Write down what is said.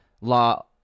law